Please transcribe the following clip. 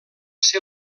ser